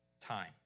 time